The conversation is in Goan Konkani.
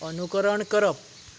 अनुकरण करप